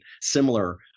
similar